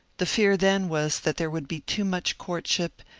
the fear then was that there would be too much courtship,